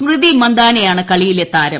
സ്മൃതി മന്ദാനയാണ് കളിയിലെ താരം